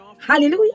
Hallelujah